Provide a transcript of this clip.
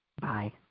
Bye